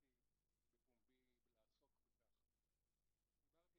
היום ה-27.11.2018,